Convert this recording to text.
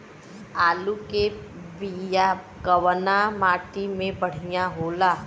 आलू के बिया कवना माटी मे बढ़ियां होला?